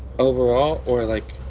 over all or like.